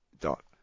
dot